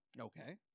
Okay